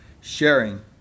sharing